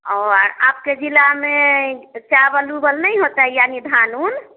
ओ और आपके जिला में चावल उवल नहीं होता है यानि धान ऊन